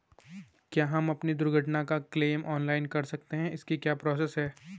क्या हम अपनी दुर्घटना का क्लेम ऑनलाइन कर सकते हैं इसकी क्या प्रोसेस है?